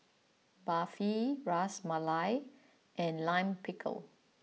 Barfi Ras Malai and Lime Pickle